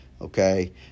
okay